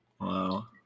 Wow